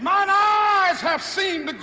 um ah eyes have seen